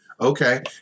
Okay